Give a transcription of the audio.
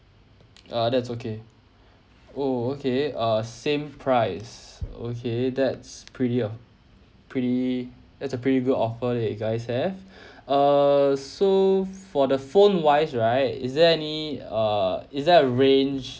uh that's okay oh okay uh same price okay that's pretty a pretty that's a pretty good offer that you guys have err so for the phone wise right is there any err is there a range